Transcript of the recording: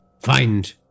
Find